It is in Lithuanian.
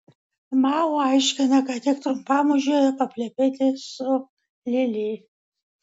mao aiškina kad tik trumpam užėjo paplepėti su lili